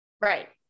Right